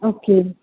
okay